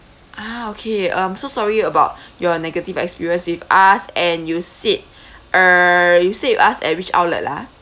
ah okay um so sorry about your negative experience with us and you said err you stayed with us at which outlet lah